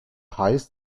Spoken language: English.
highest